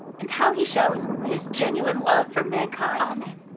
and how he shows his genuine love for mankind. um and